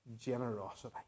generosity